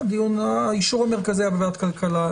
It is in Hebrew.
האישור המרכזי היה בוועדת הכלכלה.